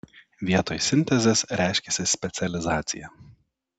vietoj sintezės reiškiasi specializacija